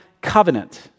covenant